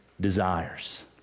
desires